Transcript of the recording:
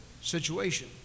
situation